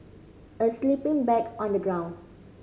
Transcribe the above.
a sleeping bag on the ground